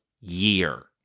year